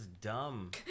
dumb